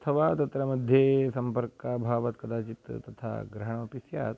अथवा तत्र मध्ये सम्पर्काभावत् कदाचित् तथा ग्रहणमपि स्यात्